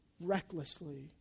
recklessly